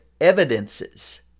evidences